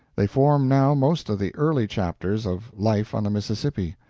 they form now most of the early chapters of life on the mississippi.